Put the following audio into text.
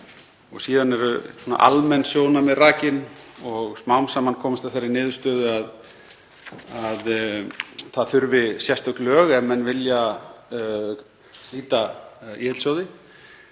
Síðan eru almenn sjónarmið rakin og smám saman komist að þeirri niðurstöðu að það þurfi sérstök lög ef menn vilja slíta ÍL-sjóði.